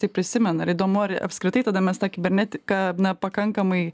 tik prisimena ir įdomu ar apskritai tada mes tą kibernetiką na pakankamai